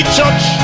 church